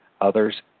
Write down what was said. others